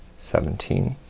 seventeen,